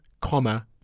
comma